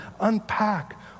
unpack